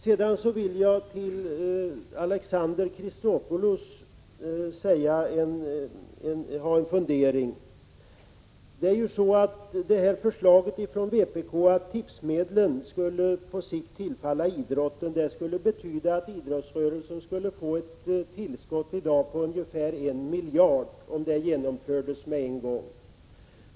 Sedan vill jag vända mig till Alexander Chrisopoulos. Förslaget från vpk att tipsmedlen på sikt skulle tillfalla idrotten skulle betyda att idrottsrörelsen skulle få ett tillskott på ungefär 1 miljard om förslaget genomfördes med en gång.